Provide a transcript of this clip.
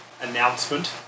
announcement